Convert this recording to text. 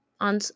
on